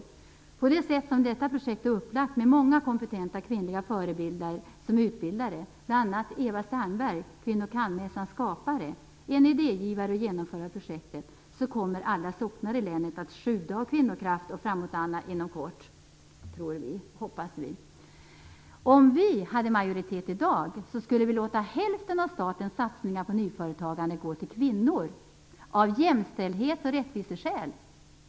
Genom det sätt som detta projekt är upplagt på med många kompetenta kvinnliga föredömen som utbildare - bl.a. är Eva Sternberg, Kvinnor kan-mässans skapare, idégivare och projektgenomförare - hoppas och tror vi att alla socknar i länet inom kort kommer att sjuda av kvinnokraft och framåtanda. Om vi hade majoritet i dag, skulle vi låta hälften av statens satsningar på nyföretagande gå till kvnnor, av jämställdhets och rättviseskäl.